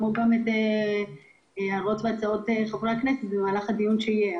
כמו גם את ההערות וההצעות של חברי הכנסת שיעלו במהלך הדיון שיהיה,